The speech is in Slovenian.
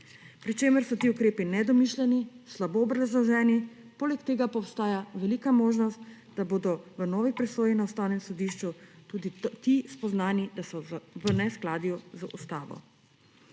pri čemer so ti ukrepi nedomišljeni, slabo obrazloženi, poleg tega pa obstaja velika možnost, da bodo v novi presoji na Ustavnem sodišču tudi ti spoznani, da so v neskladju z ustavo.